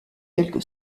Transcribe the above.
quelque